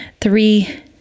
three